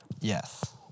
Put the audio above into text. Yes